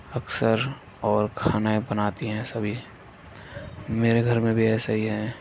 اکثر اور کھانا بھی بناتی ہیں سبھی میرے گھر میں بھی ایسا ہی ہے